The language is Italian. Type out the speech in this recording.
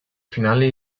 finale